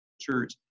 church